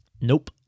Nope